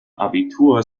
abitur